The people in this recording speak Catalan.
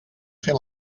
fer